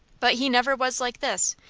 but he never was like this.